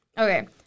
Okay